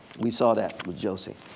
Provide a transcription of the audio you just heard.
we saw that with josie,